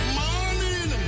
morning